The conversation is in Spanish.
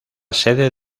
sede